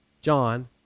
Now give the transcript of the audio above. John